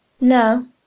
No